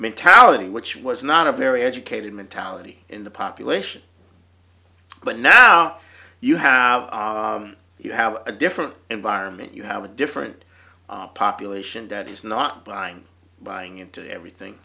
mentality which was not a very educated mentality in the population but now you have you have a different environment you have a different population that is not buying buying into everything